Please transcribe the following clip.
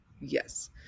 Yes